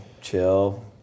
chill